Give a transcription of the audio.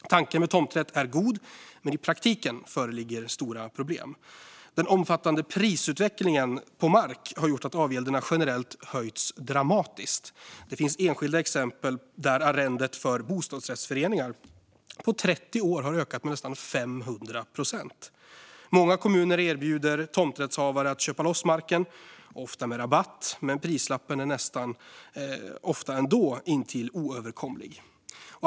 Tanken med tomträtt är god, men i praktiken föreligger stora problem. Den omfattande prisutvecklingen på mark har gjort att avgälderna generellt sett höjts dramatiskt. Det finns enskilda exempel där arrendet för bostadsrättsföreningar på 30 år har ökat med nästan 500 procent. Många kommuner erbjuder tomträttshavare att köpa loss marken, ofta med rabatt, men prislappen är ändå ofta näst intill oöverkomlig.